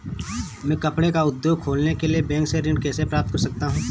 मैं कपड़े का उद्योग खोलने के लिए बैंक से ऋण कैसे प्राप्त कर सकता हूँ?